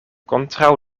kontraŭ